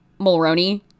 Mulroney